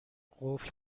قفل